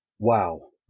Wow